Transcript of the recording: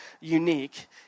unique